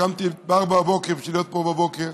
קמתי ב-04:00 בשביל להיות פה בבוקר,